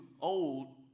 old